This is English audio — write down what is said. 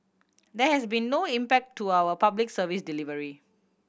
there has been no impact to our Public Service delivery